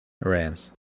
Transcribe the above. Rams